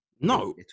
No